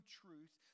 truth